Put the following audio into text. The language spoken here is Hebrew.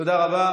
תודה רבה.